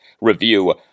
review